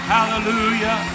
Hallelujah